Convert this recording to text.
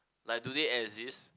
like do they exist